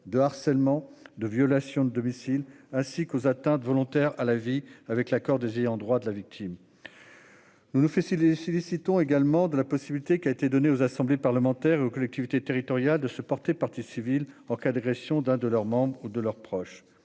de harcèlement de violation de domicile ainsi qu'aux atteintes volontaires à la vie, avec l'accord de en droit de la victime, nous nous fait si les si les citons également de la possibilité qui a été donné aux assemblées parlementaires et aux collectivités territoriales de se porter partie civile en cas d'agression d'un de leurs membres ou de leurs proches